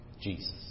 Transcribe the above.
Jesus